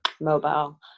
mobile